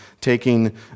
taking